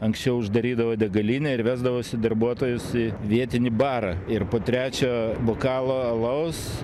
anksčiau uždarydavo degalinę ir vesdavosi darbuotojus į vietinį barą ir po trečio bokalo alaus